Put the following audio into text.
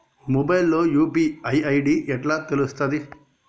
Mobile లో UPI ID ఎట్లా తెలుస్తది?